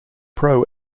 pro